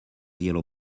yellow